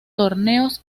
torneos